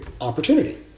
opportunity